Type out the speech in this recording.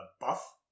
buff